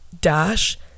Dash